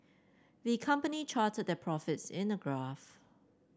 the company charted their profits in a graph